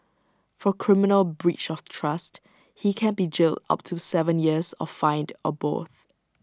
for criminal breach of trust he can be jailed up to Seven years or fined or both